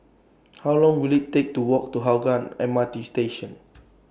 How Long Will IT Take to Walk to Hougang M R T Station